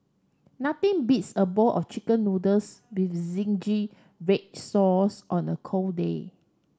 nothing beats a bowl of chicken noodles with zingy red sauce on a cold day